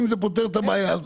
זה פותר את הבעיה,